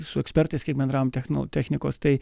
su ekspertais kaip bendram technu technikos tai